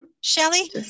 Shelly